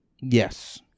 Yes